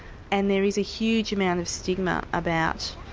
and there is a huge amount of stigma about